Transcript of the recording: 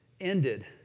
ended